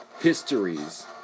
histories